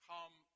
Come